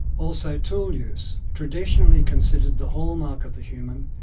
also tool use, traditionally considered the hallmark of the human,